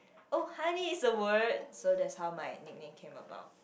oh honey is a word so that's how my nickname came about